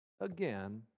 again